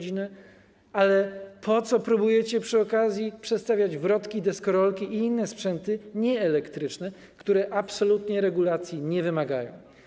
Nie no, to... ...próbujecie przy okazji przestawiać wrotki, deskorolki i inne sprzęty nieelektryczne, które absolutnie regulacji nie wymagają?